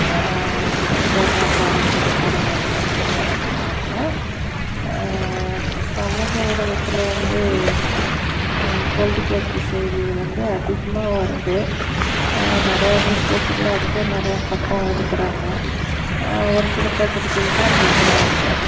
இப்போ என்ன படம் புதுப்படம் வருதுனெலாம் பார்க்குவேன் சமூக ஊடகத்தில் வந்து பொழுதுபோக்கு செய்தி வந்து அதிகமாக வருது நிறையா நியூஸ் பேப்பரில் அதுக்கே நிறையா பக்கம் ஒதுக்கிறாங்க ஒரு சில பத்திரிகையில் தான் கம்மியாக வருது